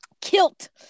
Kilt